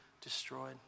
destroyed